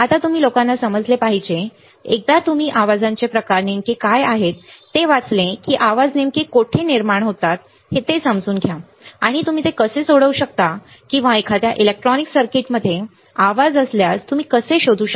आता तुम्ही लोकांना समजले पाहिजे एकदा तुम्ही आवाजांचे प्रकार नेमके काय आहेत ते वाचले की हे आवाज नेमके कोठे निर्माण होतात ते समजून घ्या आणि तुम्ही ते कसे सोडवू शकता किंवा एखाद्या इलेक्ट्रॉनिक सर्किट मध्ये आवाज असल्यास तुम्ही कसे शोधू शकता